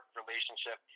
relationship